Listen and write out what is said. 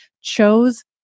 chose